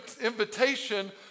invitation